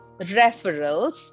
referrals